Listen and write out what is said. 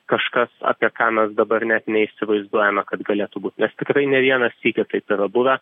kažkas apie ką mes dabar net neįsivaizduojame kad galėtų būt nes tikrai ne vieną sykį taip yra buvę